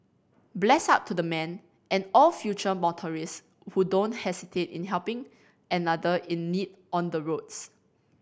bless up to the man and all future motorist who don't hesitate in helping another in need on the roads